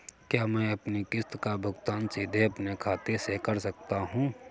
क्या मैं अपनी किश्त का भुगतान सीधे अपने खाते से कर सकता हूँ?